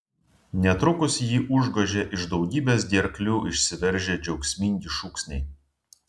netrukus jį užgožė iš daugybės gerklių išsiveržę džiaugsmingi šūksniai